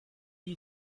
you